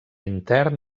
intern